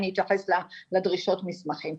ככה אני אתייחס לדרישות מסמכים,